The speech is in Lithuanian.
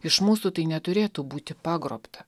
iš mūsų tai neturėtų būti pagrobta